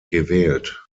gewählt